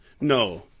No